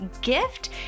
gift